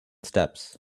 steps